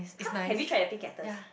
!huh! have you tried the pink cactus